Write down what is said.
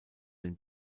den